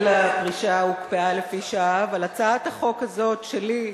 אבל הצעת החוק הזאת שלי,